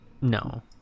No